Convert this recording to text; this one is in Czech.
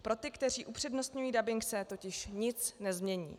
Pro ty, kteří upřednostňují dabing, se totiž nic nezmění.